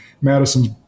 Madison's